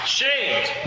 shamed